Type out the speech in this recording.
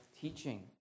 teaching